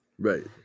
Right